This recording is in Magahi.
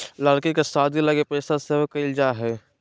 लड़की के शादी लगी पैसा सेव क़इल जा हइ